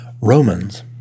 Romans